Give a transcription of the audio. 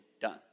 done